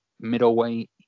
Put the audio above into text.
middleweight